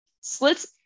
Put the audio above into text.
slits